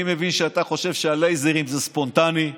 אני מבין שאתה חושב שהלייזרים זה ספונטני,